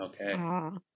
Okay